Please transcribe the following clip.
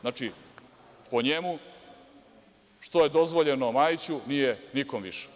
Znači, po njemu, što je dozvoljenu Majiću, nije nikome više.